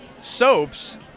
soaps